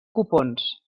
copons